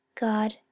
God